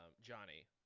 johnny